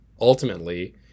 ultimately